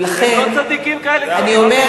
ולכן אני אומרת, הם לא צדיקים כאלה גדולים.